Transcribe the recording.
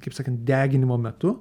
kaip sakant deginimo metu